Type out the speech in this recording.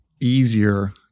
easier